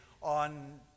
on